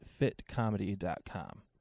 fitcomedy.com